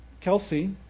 Kelsey